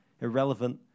Irrelevant